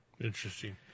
Interesting